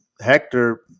Hector